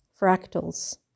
fractals